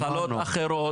מחלות אחרות.